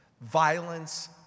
Violence